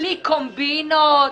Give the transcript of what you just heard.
בלי קומבינות,